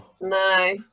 No